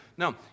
No